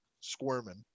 squirming